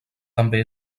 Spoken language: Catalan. també